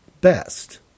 best